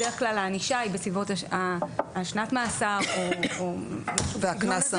בדרך כלל הענישה היא בסביבות שנת מאסר או משהו בסגנון הזה,